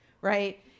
right